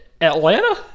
Atlanta